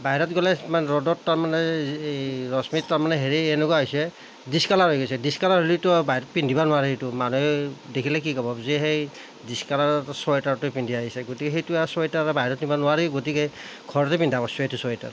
বাহিৰত গ'লে সিমান ৰ'দত তাৰমানে এই ৰশ্মিত তাৰমানে হেৰি এনেকুৱা হৈছে ডিচকালাৰ হৈ গৈছে ডিচকালাৰ হ'লেতো বাহিৰত পিন্ধিব নোৱাৰি এইটো মানুহে দেখিলে কি ক'ব যি সেই ডিচকালাৰ চুৱেটাৰটো পিন্ধি আহিছে গতিকে সেইটো আৰু চুৱেটাৰ বাহিৰতে পিন্ধিব নোৱাৰি গতিকে ঘৰতে পিন্ধা কৰিছোঁ সেইটো চুৱেটাৰ